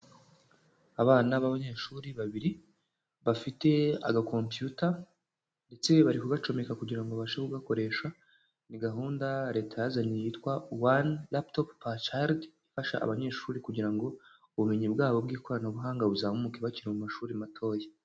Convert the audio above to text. Abana b'abanyeshuri babiri, bafite aga computer ndetse bari bacomeka kugira ngo babashe gukoresha, ni gahunda leta yazanye yitwa One Laptop per Child, ifasha abanyeshuri kugira ngo ubumenyi bwabo bw'ikoranabuhanga buzamuke bakire mu mashuri matoya.